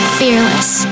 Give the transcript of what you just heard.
fearless